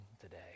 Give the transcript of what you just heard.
today